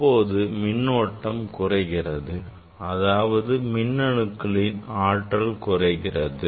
அப்போது மின்னோட்டம் குறைகிறது அதாவது மின் அணுக்களின் ஆற்றல் குறைகிறது